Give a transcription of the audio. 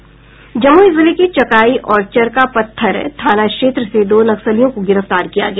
जमुई जिले के चकाई और चरका पत्थर थाना क्षेत्र से दो नक्सलियों को गिरफ्तार किया गया